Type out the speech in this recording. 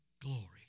glory